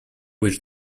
wish